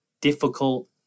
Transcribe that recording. difficult